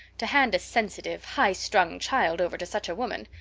to hand a sensitive, highstrung child over to such a woman!